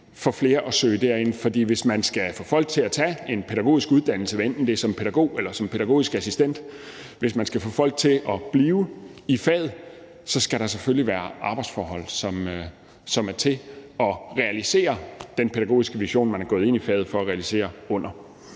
for flere at søge derind. For hvis man skal få folk til at tage en pædagogisk uddannelse, hvad enten det er som pædagog eller som pædagogisk assistent, og hvis man skal få folk til at blive i faget, så skal der selvfølgelig være arbejdsforhold, som gør det muligt at realisere den pædagogiske vision, man er gået ind i faget med. Så jeg vil sige,